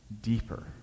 deeper